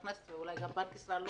הכנסת ואולי גם בנק ישראל לא מודעים לה.